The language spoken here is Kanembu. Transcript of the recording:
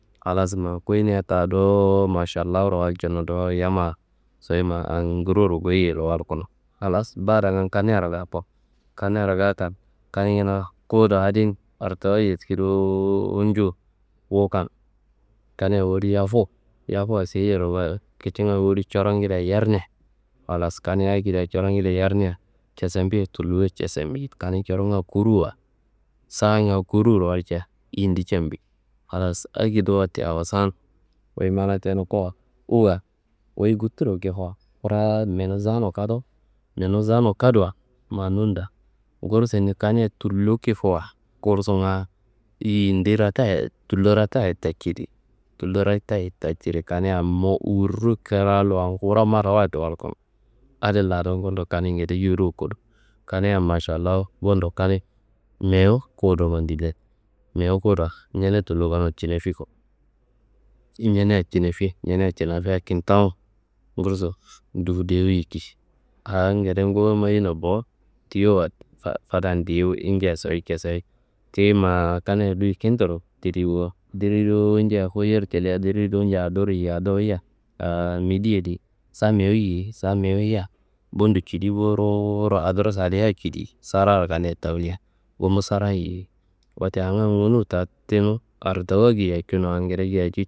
Halas ma kuyina ta dowo, Mašallawuro walcono dowo yamma soyi ma angroro goyiyeiro walkuno. Halas badanga kaniyaro gako, kaniyaro gakan, kani kina kuwudu adi artawuwa yediki dowo njo. Wukan, kaniya woli yafuwu, yafuwa seyiyero ma kicinga woli corongedea yerne. Halas kani akedia corongedea yerneya casambiye tullo casambi, kani coronga kuruwa, saanga kuruwuro walcia yindi cambi. Halas akedo wote awosan, wuyi mana tenu ko, uwuwa wuyi butturo kifowo. Braad menu zawunu kadowo, menu zawunu kaduwa ma nun daa, gursini kaniye tullo kifuwa, gursunga yindi reta ye tullo reta ye taciri, tullo retaye taciri. Kaniya mewu wurro kiralluwa kura marawayido walkuno adin ladu. Bundo kaningede yoruwu kudo, kaniya Mašallawu, bundo kani mewu kudowo madillen mewu kuduwa ñene tullo kono cinefi ku. Ñeneyayi cinefi, ñeneyayi cinefia kintawu gursu dufu dewu yiki a ngede nguwu mayina bo. Tiyowa fa- fadan diye wuyi injia soyi cesei, ti ma kaniya duyi kinturo tudi bo. Diri dowo ña foyiyor cilia diri dowo ña adur yiyi. Adur yiyia a mide yedi sa mewu yiyi, sa mewu yiyia, bundo cili bo ruwuwuro adur salia cili sararo kaniya tawunia. Gumbu saraye yiyi, anga gunu ta tenu artawuwa giyacunuwa angede giyac.